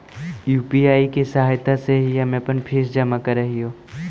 UPI की सहायता से ही हम अपन फीस जमा करअ हियो